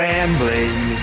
Rambling